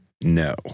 no